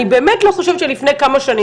אני באמת לא חושבת שלפני כמה שנים,